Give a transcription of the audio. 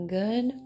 good